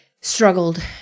struggled